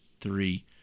three